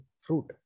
fruit